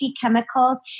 chemicals